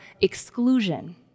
exclusion